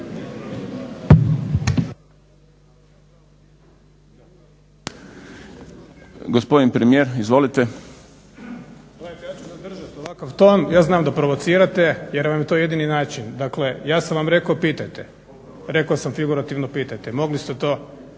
Zoran (SDP)** Gledajte, ja ću zadržat ovakav ton. Ja znam da provocirate jer vam je to jedini način. Dakle ja sam vam rekao pitajte, rekao sam figurativno pitajte, mogli ste to